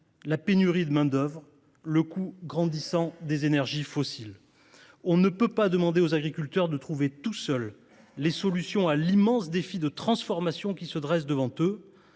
la pénurie de main d’œuvre, le coût grandissant des énergies fossiles. On ne peut pas demander aux agriculteurs de trouver tout seuls les solutions à l’immense défi de transformation qui se dresse devant eux.